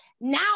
now